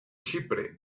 chipre